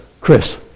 Chris